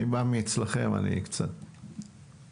אני בא מאצלכם ואני קצת מתמצא.